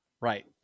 Right